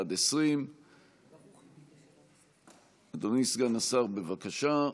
20. אדוני סגן השר, בבקשה.